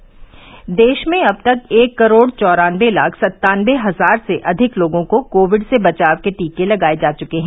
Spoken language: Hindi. पीटीसी देश में अब तक एक करोड चौरानबे लाख सन्तानबे हजार से अधिक लोगों को कोविड से बचाव के टीके लगाये जा चुके हैं